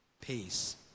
peace